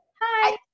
hi